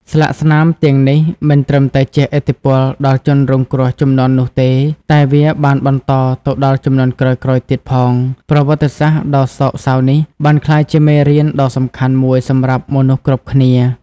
ស្លាកស្នាមទាំងនេះមិនត្រឹមតែជះឥទ្ធិពលដល់ជនរងគ្រោះជំនាន់នោះទេ តែវាបានបន្តទៅដល់ជំនាន់ក្រោយៗទៀតផង ប្រវត្តិសាស្ត្រដ៏សោកសៅនេះបានក្លាយជាមេរៀនដ៏សំខាន់មួយសម្រាប់មនុស្សគ្រប់គ្នា។